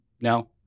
No